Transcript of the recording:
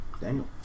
Daniel